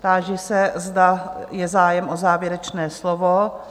Táži se, zda je zájem o závěrečné slovo?